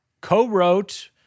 co-wrote